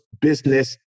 business